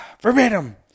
verbatim